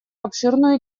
обширную